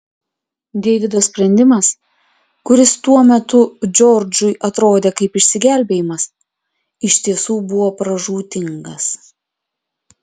deivido sprendimas kuris tuo metu džordžui atrodė kaip išsigelbėjimas iš tiesų buvo pražūtingas